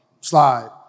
slide